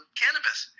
cannabis